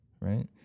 right